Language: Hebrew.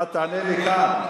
אני אענה, אתה תענה לי כאן.